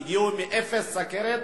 הגיעו עם אפס סוכרת.